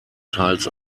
teils